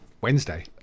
Wednesday